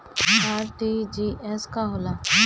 RTGS का होला?